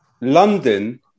London